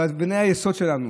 באבני היסוד שלנו,